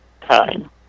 time